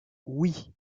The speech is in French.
oui